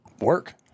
work